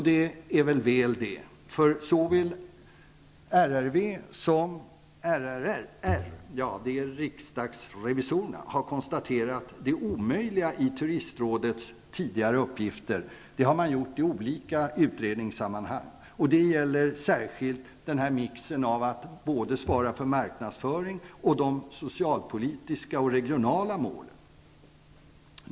Det är väl det, för såväl RRV som riksdagens revisorer har konstaterat det omöjliga i Turistrådets tidigare uppgifter. Det har man gjort i olika utredningssammanhang. Det gäller särskilt mixen att både svara för marknadsföring och de socialpolitiska och regionala målen.